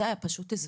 זה היה פשוט זוועה.